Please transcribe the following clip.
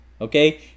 okay